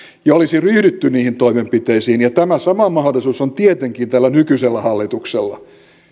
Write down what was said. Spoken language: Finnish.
ja olisi ryhdytty niihin toimenpiteisiin tämä sama mahdollisuus on tietenkin tällä nykyisellä hallituksella